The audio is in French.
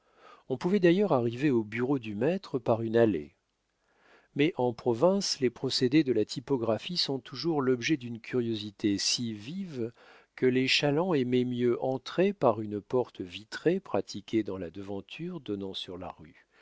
on pouvait d'ailleurs arriver au bureau du maître par une allée mais en province les procédés de la typographie sont toujours l'objet d'une curiosité si vive que les chalands aimaient mieux entrer par une porte vitrée pratiquée dans la devanture donnant sur la rue